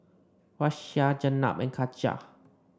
Raisya Jenab and Katijah